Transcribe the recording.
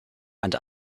and